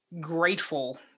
grateful